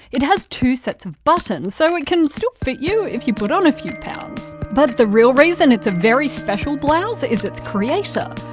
it has two sets of buttons, so it can still fit you if you put on a few pounds. but, the real reason why it's a very special blouse is its creator.